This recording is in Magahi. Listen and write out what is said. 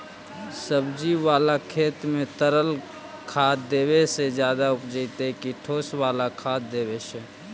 सब्जी बाला खेत में तरल खाद देवे से ज्यादा उपजतै कि ठोस वाला खाद देवे से?